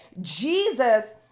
Jesus